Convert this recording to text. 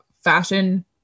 fashion